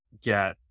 get